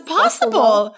possible